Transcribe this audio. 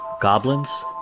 goblins